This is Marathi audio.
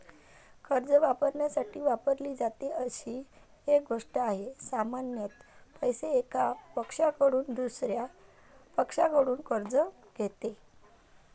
कर्ज वापरण्यासाठी वापरली जाते अशी एक गोष्ट आहे, सामान्यत पैसे, एका पक्षाकडून दुसर्या पक्षाकडून कर्ज घेते